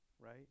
right